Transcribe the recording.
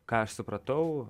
ką aš supratau